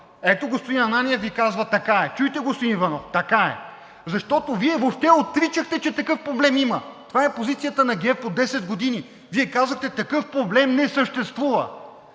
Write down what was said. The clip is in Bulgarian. Ето, господин Ананиев Ви казва: „Така е!“ Чуйте, господин Иванов! Така е. Защото Вие въобще отричахте, че такъв проблем има. Това е позицията на ГЕРБ от 10 години. Вие казвате: такъв проблем не съществува.